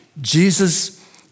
Jesus